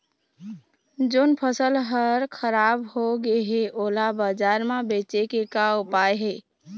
जोन फसल हर खराब हो गे हे, ओला बाजार म बेचे के का ऊपाय हे?